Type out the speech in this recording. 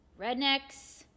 rednecks